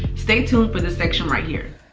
stay tuned for this section right here.